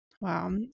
Wow